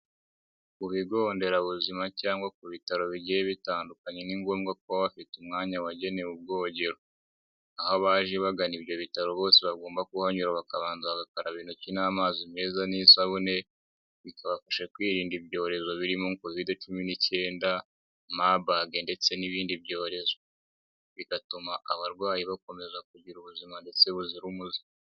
Ku bigonderabuzima cyangwa ku bitaro bigiye bitandukanye ni ngombwa ko baba bafite umwanya wagenewe ubwogero. Abaje bagana ibyo bitaro bose bagomba kuhanyura bakabanza bagakaraba intoki n'amazi meza n'isabune, bikabafasha kwirinda ibyorezo birimo covid19, mabege ndetse n'ibindi byorezo bigatuma abarwayi bakomeza kugira ubuzima ndetse buzira umuze.